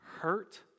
hurt